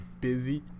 busy